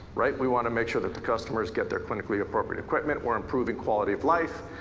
right, we want to make sure that the customers get their clinically appropriate equipment, we're improving quality of life,